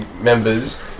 members